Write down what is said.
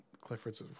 Clifford's